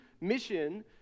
mission